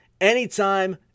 anytime